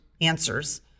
answers